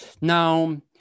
Now